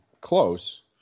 close